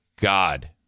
God